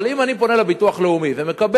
אבל אם אני פונה לביטוח לאומי ומקבל